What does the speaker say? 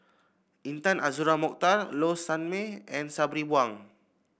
Intan Azura Mokhtar Low Sanmay and Sabri Buang